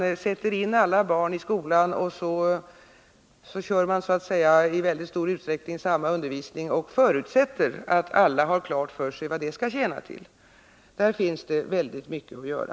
Man sätter in alla barn i skolan, och så kör man så att säga i stor utsträckning med samma undervisning och förutsätter att alla har klart för sig vad den skall tjäna till. Där finns det väldigt mycket kvar att göra.